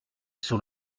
sous